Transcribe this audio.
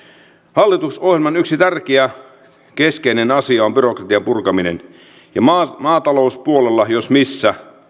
hallitusohjelman yksi tärkeä keskeinen asia on byrokratian purkaminen ja maatalouspuolella jos missä